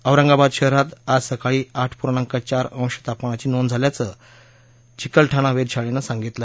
औरंगाबाद शहरात आज सकाळी आठ पूर्णांक चार अंश तापमानाची नोंद झाल्याचं चिकलठाणा वेधशाळेनं सांगितलं